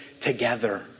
together